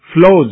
flows